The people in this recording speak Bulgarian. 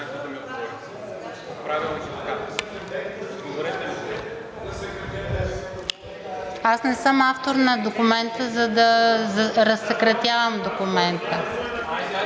Аз не съм автор на документа, за да разсекретявам документа.